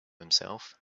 himself